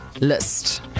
list